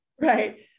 Right